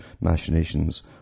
machinations